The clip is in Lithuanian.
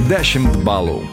dešimt balų